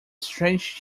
strange